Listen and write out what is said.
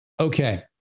okay